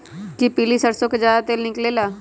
कि पीली सरसों से ज्यादा तेल निकले ला?